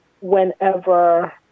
whenever